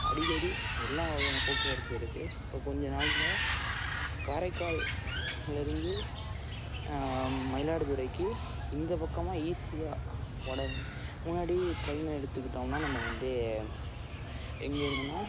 அடிக்கடி எல்லா வகையான போக்குவரத்து இருக்குது இப்போ கொஞ்சம் நாளில் காரைக்கால்லேருந்து மயிலாடுதுறைக்கு இந்த பக்கமாக ஈஸியாக உடனே முன்னாடி ட்ரெயின் எடுத்துக்கிட்டோம்னா நம்ம வந்து எங்கே இருந்துன்னா